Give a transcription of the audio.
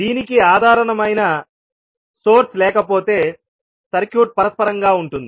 దీనికి ఆధారమైన సోర్స్ లేకపోతే సర్క్యూట్ పరస్పరంగా ఉంటుంది